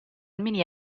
mini